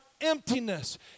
emptiness